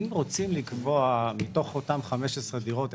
אם רוצים לקבוע מיתוך אותם 15 דירות,